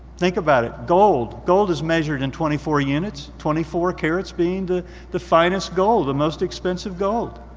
think about it. gold, gold is measured in twenty four units, twenty four karats being the the finest gold, the most expensive gold.